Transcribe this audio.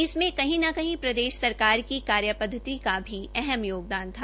इसमें कहीं न कहीं प्रदेश सरकार की कार्य पद्धति का भी अहम योगदान था